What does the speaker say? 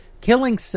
Killing